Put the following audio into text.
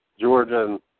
Georgia